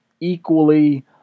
equally